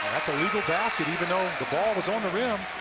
that's a legal basket. even though the ball is on the rim,